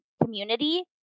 community